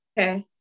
okay